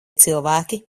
cilvēki